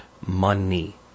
money